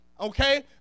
Okay